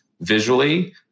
visually